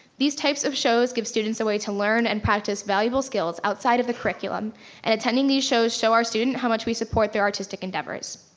these types of shows give students a way to learn and practice valuable skills outside of the curriculum and attending these shows show our student how much we support their artistic endeavors.